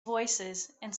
voicesand